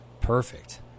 perfect